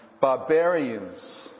barbarians